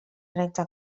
recta